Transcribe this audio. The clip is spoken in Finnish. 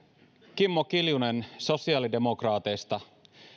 kimmo kiljunen sosiaalidemokraateista